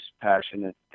passionate